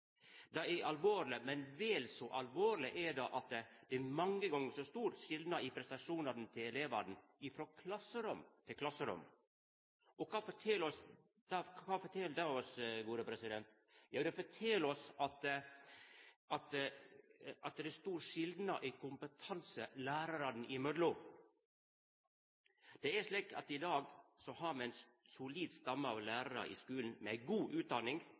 Det er alvorleg, men vel så alvorlig er det at det er mange gonger så stor skilnad i prestasjonane til elevane frå klasserom til klasserom. Kva fortel det oss? Jo, det fortel oss at det er stor skilnad i kompetansen lærarane imellom. I dag har me ein solid stamme av lærarar i skulen med ei god utdanning,